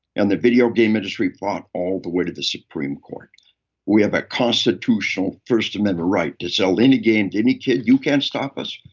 and the video game industry fought all the way to the supreme court we have a constitutional, first amendment right to sell any game to any kid. you can't stop us.